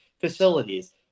facilities